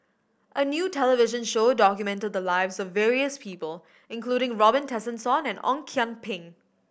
a new television show documented the lives of various people including Robin Tessensohn and Ong Kian Peng